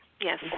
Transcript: Yes